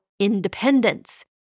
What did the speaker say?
Independence